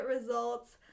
results